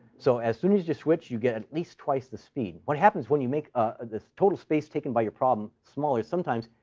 so as soon as you switch, you get at least twice the speed. what happens when you make ah this total space taken by your problem smaller sometimes,